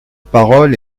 parole